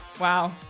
Wow